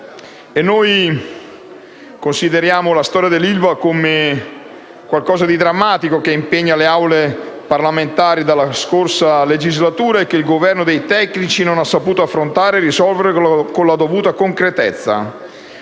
Noi consideriamo la storia dell'ILVA come qualcosa di drammatico, che impegna le Aule parlamentari dalla scorsa legislatura e che il Governo dei tecnici non ha saputo affrontare e risolvere con la dovuta concretezza.